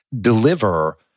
deliver